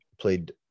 played